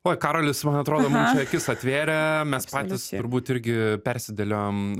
oi karolis man atrodo mums čia akis atvėrė mes patys turbūt irgi persidėliojom